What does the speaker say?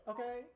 Okay